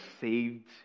saved